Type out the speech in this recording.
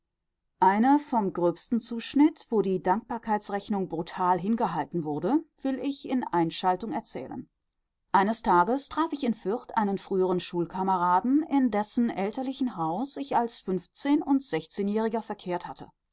eine vom gröbsten zuschnitt wo die dankbarkeitsrechnung brutal hingehalten wurde will ich in einschaltung erzählen eines tages traf ich in fürth einen früheren schulkameraden in dessen elterlichen haus ich als fünfzehn und sechzehnjähriger verkehrt hatte